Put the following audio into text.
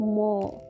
more